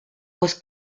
was